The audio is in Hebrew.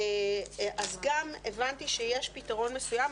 אז גם הבנתי שיש פתרון מסוים,